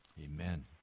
Amen